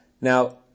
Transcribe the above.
Now